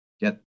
get